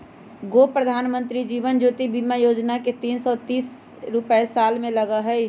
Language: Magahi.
गो प्रधानमंत्री जीवन ज्योति बीमा योजना है तीन सौ तीस रुपए साल में लगहई?